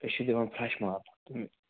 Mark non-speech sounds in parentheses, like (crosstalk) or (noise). أسۍ چھِ دِوان فرٛٮ۪ش مال (unintelligible)